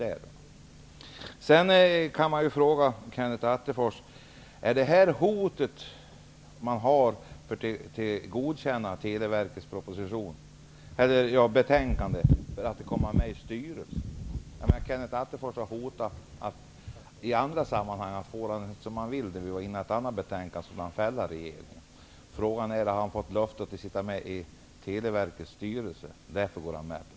Är detta att komma med i styrelsen ett krav som man har för att godkänna betänkandet. Kenneth Attefors har i andra sammanhang hotat att om han inte fick som han ville skulle han fälla regeringen. Frågan är om han har fått löfte om att sitta med i Telestyrelsen om han går med på detta.